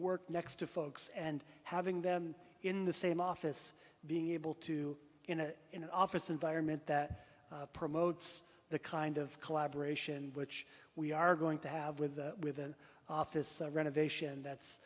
work next to folks and having them in the same office being able to in a in an office environment that promotes the kind of collaboration which we are going to have with the with the office renovation that's